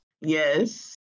Yes